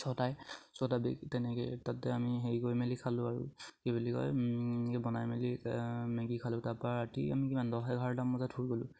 চটাই ছটা তেনেকে তাতে আমি হেৰি কৰি মেলি খালোঁ আৰু কি বুলি কয় বনাই মেলি মেগী খালোঁ তাৰপা ৰাতি আমি কিমান দহ এঘাৰটামান বজাত শুই গ'লোঁ